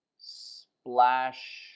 splash